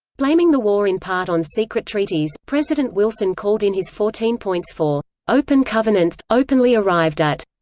blaming the war in part on secret treaties, president wilson called in his fourteen points for open covenants, openly arrived at.